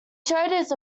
his